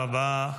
תודה רבה.